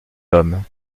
l’homme